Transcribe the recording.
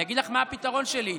אני אגיד לך מה הפתרון שלי.